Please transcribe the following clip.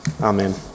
Amen